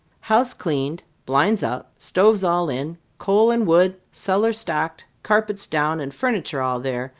house cleaned, blinds up, stoves all in, coal and wood, cellar stocked, carpets down, and furniture all there,